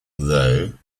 though